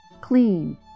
clean